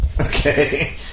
Okay